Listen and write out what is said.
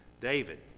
David